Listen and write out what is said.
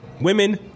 Women